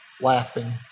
Laughing